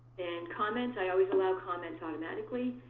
and comments, i always allow comments automatically.